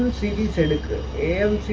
and cds and